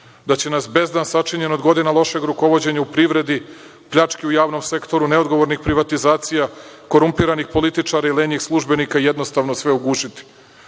da će nas bezdan sačinjen od godina lošeg rukovođenja u privredi, pljački u javnom sektoru, neodgovornih privatizacija, korumpirani političari i lenjih službenika jednostavno sve ugušiti.Sećam